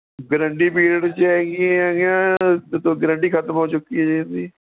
guarantee period 'ਚ ਹੈਗੀਆਂ ਜਾਂ ਗਰੰਟੀ ਖਤਮ ਹੋ ਚੁੱਕੀ ਆ ਜੀ ਇਨ੍ਹਾਂ ਦੀ